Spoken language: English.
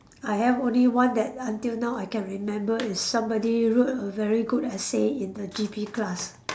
I have only one that until now I can remember is somebody wrote a very good essay in the G_P class